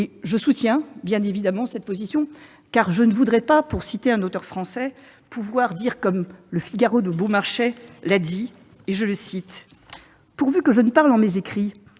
Je soutiens bien évidemment cette position, car je ne voudrais pas, pour citer un auteur français, pouvoir dire comme Le Figaro de Beaumarchais :« Pourvu que je ne parle en mes écrits